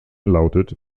lautet